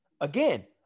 Again